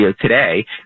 today